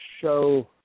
show